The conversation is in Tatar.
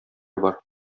бар